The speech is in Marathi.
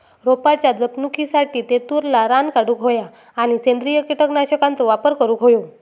रोपाच्या जपणुकीसाठी तेतुरला रान काढूक होया आणि सेंद्रिय कीटकनाशकांचो वापर करुक होयो